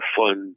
fun